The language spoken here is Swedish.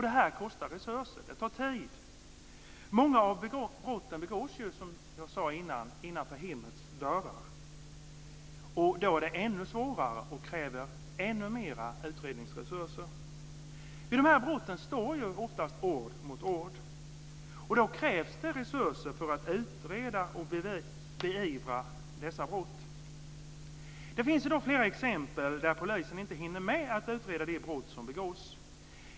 Detta kostar resurser, och det tar tid. Många av brotten begås ju, som jag sade tidigare, innanför hemmets dörrar. Då är det ännu svårare och kräver ännu mer utredningsresurser. Vid de här brotten står oftast ord mot ord. Då krävs det resurser för att utreda och beivra dessa brott. Det finns i dag flera exempel där polisen inte hinner med att utreda de brott som begås.